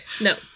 No